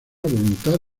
voluntad